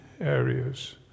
areas